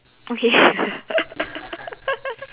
okay